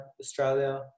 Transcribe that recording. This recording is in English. Australia